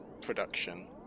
production